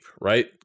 right